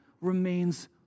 remains